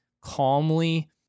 calmly